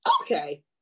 okay